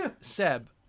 Seb